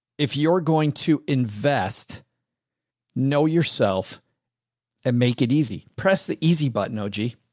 if you're going to invest know yourself and make it easy, press the easy button. oh gee.